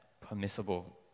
permissible